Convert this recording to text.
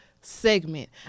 segment